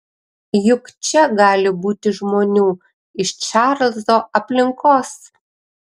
juk čia gali būti žmonių iš čarlzo aplinkos